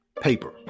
paper